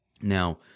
Now